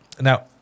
now